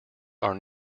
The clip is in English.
are